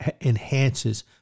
enhances